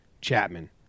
Chapman